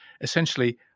essentially